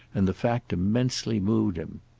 and the fact immensely moved him.